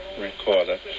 recorder